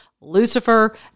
Lucifer